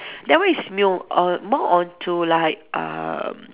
that one is mu~ err more onto like um